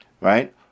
right